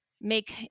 make